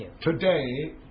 Today